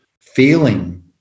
feeling